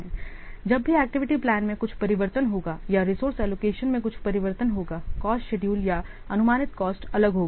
इसलिए जब भी एक्टिविटी प्लान में कुछ परिवर्तन होगा या रिसोर्स एलोकेशन में कुछ परिवर्तन होगा कॉस्ट शेड्यूल या अनुमानित कॉस्ट अलग होगी